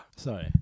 Sorry